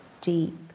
deep